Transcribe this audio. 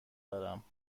دارم